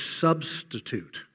substitute